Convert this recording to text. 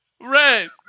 Red